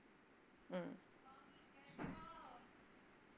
mm